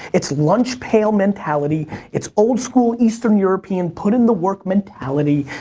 it's lunch pail mentality, it's old school eastern european put-in-the-work mentality.